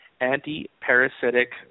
anti-parasitic